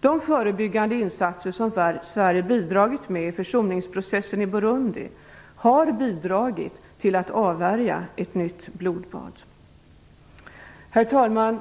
De förebyggande insatser som Sverige bidragit med i försoningsprocessen i Burundi har bidragit till att avvärja ett nytt blodbad. Herr talman!